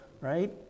right